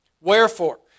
wherefore